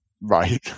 Right